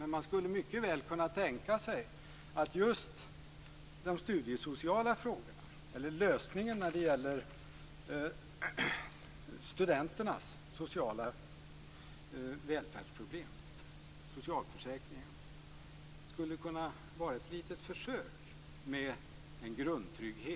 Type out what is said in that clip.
Men man skulle mycket väl kunna tänka sig att lösningen när det gäller studenternas sociala välfärdsproblem - socialförsäkringen - skulle kunna vara ett litet försök med en grundtrygghet.